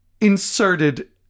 inserted